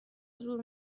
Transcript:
زور